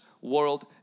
world